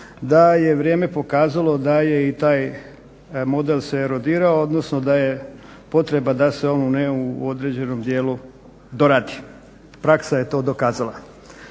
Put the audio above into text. da je vrijeme pokazalo da je i taj model se erodirao, odnosno da je potreba da se on u određenom dijelu doradi. Praksa je to dokazala.